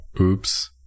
Oops